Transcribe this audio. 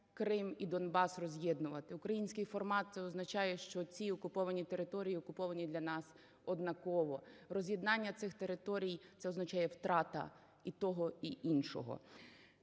Крим і Донбас роз'єднувати. Український формат – це означає, що ці окуповані території окуповані для нас однаково. Роз'єднання цих територій – це означає як втрата і того, і іншого.